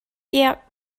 yet